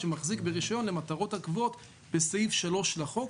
שמחזיק ברישיון למטרות הקבועות בסעיף 3 לחוק,